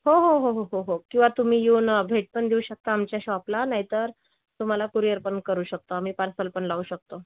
हो हो हो हो हो हो किंवा तुम्ही येऊन भेट पण देऊ शकता आमच्या शॉपला नाहीतर तुम्हाला कुरिअर पण करू शकतो आम्ही पार्सल पण लावू शकतो